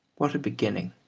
what a beginning,